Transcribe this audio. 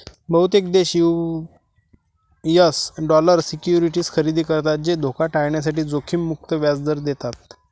बहुतेक देश US dollar securities खरेदी करतात जे धोका टाळण्यासाठी जोखीम मुक्त व्याज दर देतात